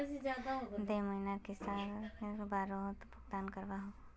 दुई महीनार किस्त राशि एक बारोत भुगतान करवा सकोहो ही?